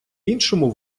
іншому